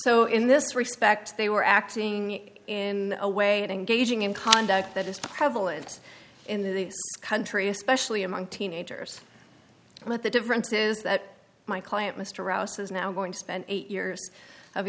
so in this respect they were acting in a way it engaging in conduct that is prevalent in the country especially among teenagers but the difference is that my client mr rouse is now going to spend eight years of